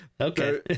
okay